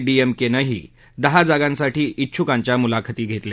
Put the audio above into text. डीएमक्तिही दहा जागांसाठी उेव्कांच्या मुलाखती घस्तल्या